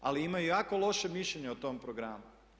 Ali imaju jako loše mišljenje o tom programu.